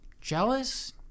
Jealous